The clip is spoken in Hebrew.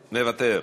מוותר.